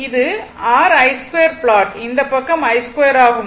இது r i2 plot இந்த பக்கம் i2 ஆகும்